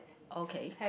okay